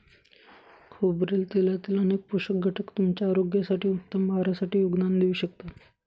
खोबरेल तेलातील अनेक पोषक घटक तुमच्या आरोग्यासाठी, उत्तम आहारासाठी योगदान देऊ शकतात